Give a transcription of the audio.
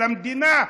למדינה,